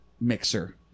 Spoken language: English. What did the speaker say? mixer